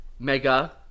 mega